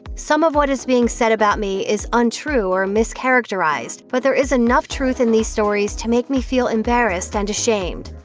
some of what is being said about me is untrue or mischaracterized, but there is enough truth in these stories to make me feel embarrassed and ashamed.